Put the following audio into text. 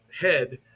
head